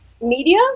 media